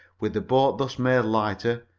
with the boat thus made lighter,